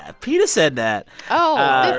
ah peta said that oh,